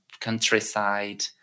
countryside